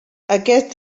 aquest